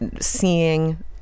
seeing